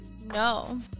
No